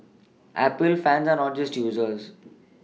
Apple fans are not just users